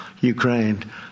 Ukraine